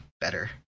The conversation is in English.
better